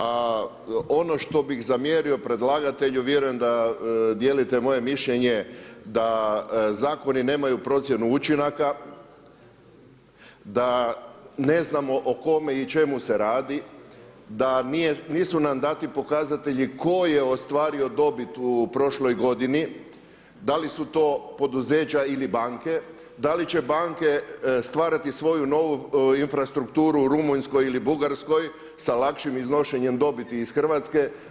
A ono što bi zamjerio predlagatelju, vjerujem da dijelite moje mišljenje da zakoni nemaju procjenu učinaka, da ne znamo o kome i čemu se radi, da nisu nam dati pokazatelji ko je ostvario dobit u prošloj godini, da li su to poduzeća ili banke, da li će banke stvarati svoju novu infrastrukturu u Rumunjskoj ili Bugarskoj sa lakšim iznošenjem dobiti iz Hrvatske.